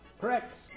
Correct